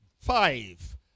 Five